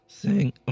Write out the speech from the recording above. Sing